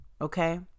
Okay